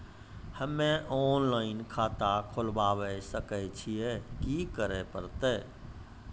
हम्मे ऑफलाइन खाता खोलबावे सकय छियै, की करे परतै?